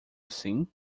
assim